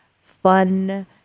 fun